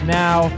now